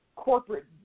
corporate